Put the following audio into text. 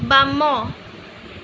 ବାମ